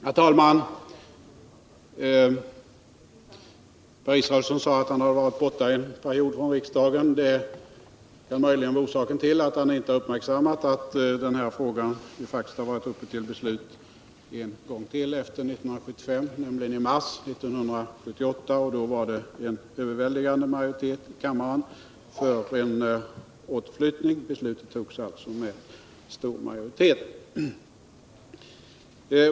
Herr talman! Per Israelsson sade att han hade varit borta en period från riksdagen. Det kan möjligen vara orsaken till att han inte har uppmärksammat att denna fråga har varit uppe till beslut en gång till efter 1975, nämligen i mars 1978. Då var en överväldigande majoritet i riksdagen för en återflyttning. Beslutet togs alltså med stor majoritet.